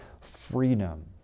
freedom